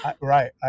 right